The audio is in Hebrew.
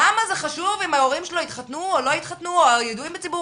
למה זה חשוב אם ההורים שלו התחתנו או לא התחתנו הידועים בציבור